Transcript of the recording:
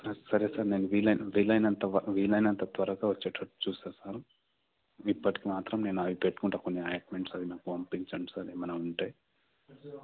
సరే సార్ నేను వీ వీలైనంత వీలైనంత త్వరగా వచ్చేటట్టు చూస్తా సార్ ఇప్పటికి మాత్రం నేను అవి పెట్టుకుంటా కొన్ని ఆయింట్మెంట్స్ అవి నాకు కొంచెం పంపించండి సార్ ఏమైనా ఉంటే